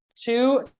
two